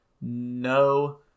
no